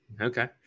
Okay